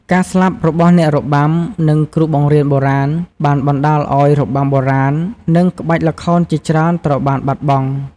ការស្លាប់របស់អ្នករបាំ និងគ្រូបង្រៀនបុរាណ បានបណ្តាលឲ្យរបាំបុរាណ និងក្បាច់ល្ខោនជាច្រើនត្រូវបានបាត់បង់។